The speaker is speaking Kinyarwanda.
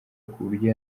kuburyo